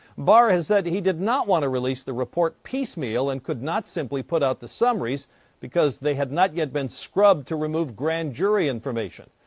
barr has said he did not want to release the report piecemeal and could not simply put out the summaries because they had not yet been scrubbed to remove grand jury information.